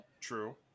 true